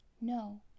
No